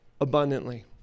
abundantly